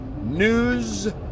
news